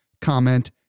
comment